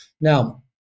Now